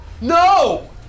No